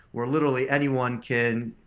where literally anyone can,